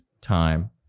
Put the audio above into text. time